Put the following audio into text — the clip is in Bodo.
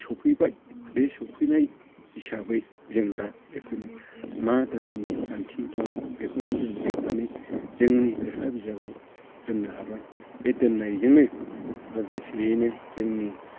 सफैबाय बे सफैनाय हिसाबै जों दा बेखौनो मा धोरोमनि खान्थि दं बेखौनो जों लिरनानै जोंनि लेखा बिजाबआव दोननो हाबाय बे दोननायजोंनो लोगोसेयैनो जोंनि